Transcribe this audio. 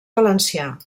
valencià